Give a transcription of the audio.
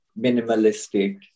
minimalistic